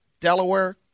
Delaware